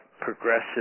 progressive